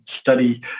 study